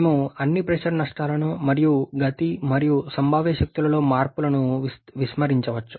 మేము అన్ని ప్రెషర్ నష్టాలను మరియు గతి మరియు సంభావ్య శక్తులలో మార్పులను విస్మరించవచ్చు